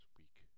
week